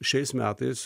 šiais metais